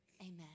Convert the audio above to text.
amen